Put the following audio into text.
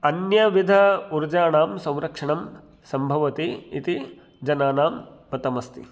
अन्यविध ऊर्जाणां संरक्षणं सम्भवति इति जनानां मतमस्ति